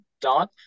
dot